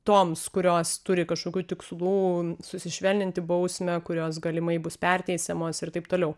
toms kurios turi kažkokių tikslų sušvelninti bausmę kurios galimai bus perteikiamos ir taip toliau